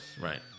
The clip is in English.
right